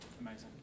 Amazing